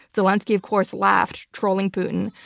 zelensky, of course, laughed, trolling putin.